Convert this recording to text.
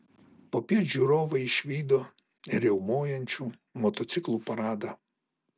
popiet žiūrovai išvydo ir riaumojančių motociklų paradą